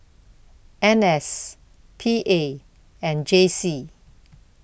N S P A and J C